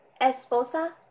esposa